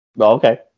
Okay